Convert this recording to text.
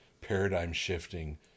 paradigm-shifting